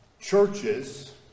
churches